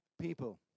people